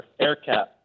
AirCap